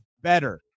better